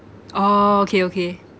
oh okay okay